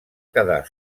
quedar